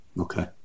Okay